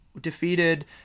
defeated